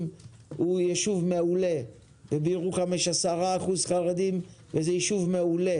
הוא ישוב מעולה ובירוחם יש 10% חרדים וזה ישוב מעולה